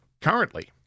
currently